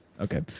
Okay